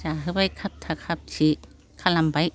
जाहोबाय खाबथा खाबथि खालामबाय